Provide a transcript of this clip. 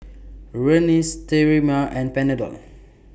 Rene Sterimar and Panadol